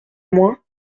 moins